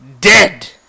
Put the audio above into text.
dead